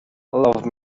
love